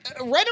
Right